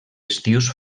estius